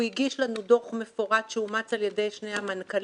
הוא הגיש לנו דוח מפורט שאומץ על ידי שני המנכ"לים.